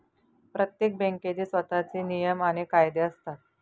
प्रत्येक बँकेचे स्वतःचे नियम आणि कायदे असतात